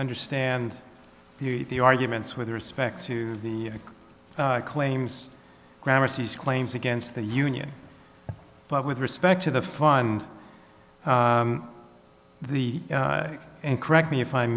understand the arguments with respect to the claims grammar c's claims against the union but with respect to the fund the and correct me if i'm